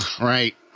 right